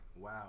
wow